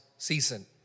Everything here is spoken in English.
season